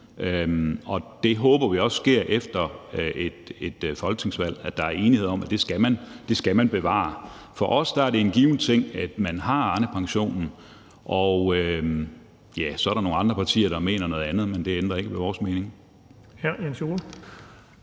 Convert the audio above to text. og vi håber også, at der efter et folketingsvalg er enighed om, at man skal bevare den. For os er det en given ting, at man har Arnepensionen, og så er der nogle andre partier, der mener noget andet, men det ændrer ikke ved vores mening. Kl.